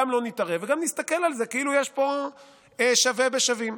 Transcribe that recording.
גם לא נתערב וגם נסתכל על זה כאילו יש פה שווה בין שווים.